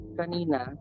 kanina